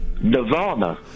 Nirvana